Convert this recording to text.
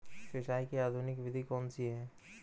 सिंचाई की आधुनिक विधि कौन सी है?